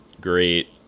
great